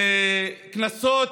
לקנסות,